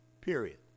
Period